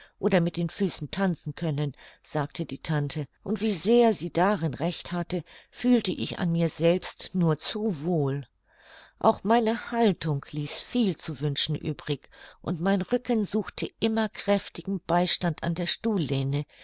oder mit den füßen tanzen können sagte die tante und wie sehr sie darin recht hatte fühlte ich an mir selbst nur zu wohl auch meine haltung ließ viel zu wünschen übrig und mein rücken suchte sich immer kräftigen beistand an der stuhllehne